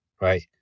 right